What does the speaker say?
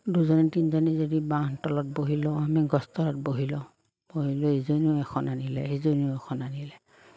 দুজনী তিনিজনী যদি বাঁহ তলত বহি লওঁ আমি গছ তলত বহি লওঁ বহি লৈ ইজনীও এখন আনিলে সিজনীও এখন আনিলে